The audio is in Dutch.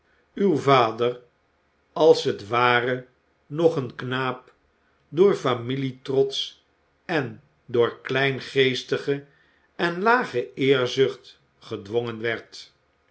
uw vader als het ware nog een knaap door familietrots en door kleingeestige en lage eerzucht gedwongen werd